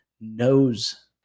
knows